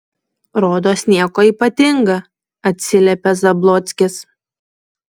rodos nieko ypatinga atsiliepė zablockis